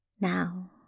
Now